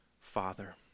Father